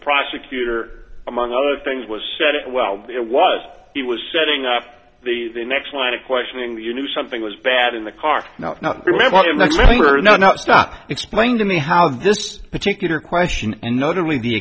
prosecutor among other things was said it well it was he was setting up the next line of questioning that you knew something was bad in the car no no no no stop explain to me how this particular question and not only the